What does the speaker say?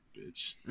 bitch